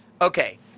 Okay